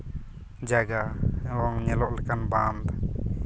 ᱡᱟᱭᱜᱟ ᱮᱵᱚᱝ ᱧᱮᱞᱚᱜ ᱞᱮᱠᱟᱱ ᱵᱟᱸᱫᱷ